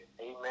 Amen